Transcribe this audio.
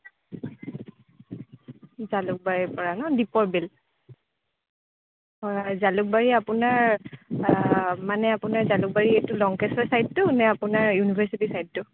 জালুকবাৰীৰ পৰা ন দীপৰ বিল হয় জালুকবাৰী আপোনাৰ মানে আপোনাৰ জালুকবাৰী এইটো লঙ্কেশ্বৰ চাইদটো নে আপোনাৰ ইউনিভাৰ্চিটি ছাইদটো